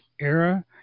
era